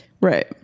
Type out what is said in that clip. Right